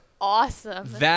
awesome